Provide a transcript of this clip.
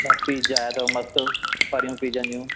पीज़ आया अथव मस्ति फरियूं पीज़नि जूं